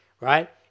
right